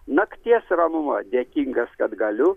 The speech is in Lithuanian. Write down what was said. nakties ramumą dėkingas kad galiu